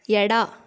ಎಡ